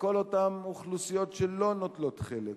לכל אותן אוכלוסיות שלא נוטלות חלק,